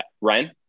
Ryan